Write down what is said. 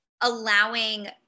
allowing